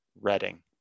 Reading